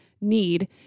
need